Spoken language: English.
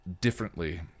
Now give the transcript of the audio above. differently